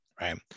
Right